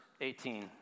18